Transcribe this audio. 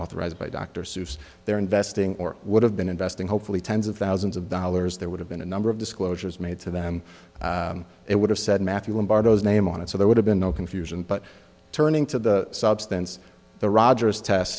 authorized by dr seuss their investing or would have been investing hopefully tens of thousands of dollars there would have been a number of disclosures made to them it would have said matthew embargos name on it so there would have been no confusion but turning to the substance the rogers test